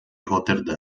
roterdã